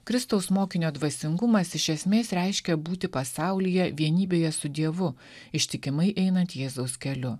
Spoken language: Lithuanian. kristaus mokinio dvasingumas iš esmės reiškia būti pasaulyje vienybėje su dievu ištikimai einant jėzaus keliu